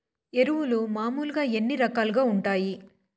ఎరువులు మామూలుగా ఎన్ని రకాలుగా వుంటాయి?